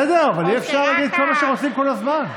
בסדר, אבל אי-אפשר להגיד כל מה שחושבים כל הזמן.